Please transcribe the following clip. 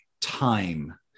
time